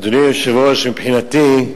אדוני היושב-ראש, מבחינתי,